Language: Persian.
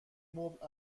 مبل